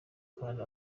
kandi